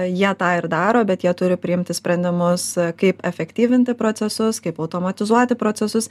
jie tą ir daro bet jie turi priimti sprendimus kaip efektyvinti procesus kaip automatizuoti procesus